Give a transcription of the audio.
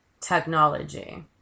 technology